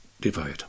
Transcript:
divide